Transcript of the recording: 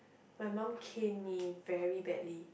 my mum cane me very badly